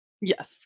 Yes